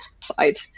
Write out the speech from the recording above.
side